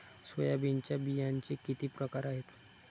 सोयाबीनच्या बियांचे किती प्रकार आहेत?